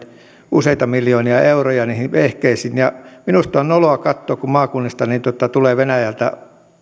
useita miljoonia euroja niihin vehkeisiin ja minusta on noloa katsoa kun maakuntiin tulee venäjältä